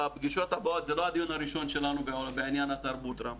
זה לא הדיון הראשון שלנו בעניין התרבות, רם.